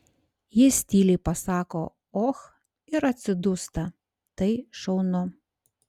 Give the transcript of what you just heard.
jis tyliai pasako och ir atsidūsta tai šaunu